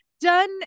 done